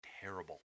terrible